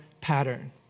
pattern